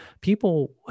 people